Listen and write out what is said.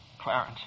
Clarence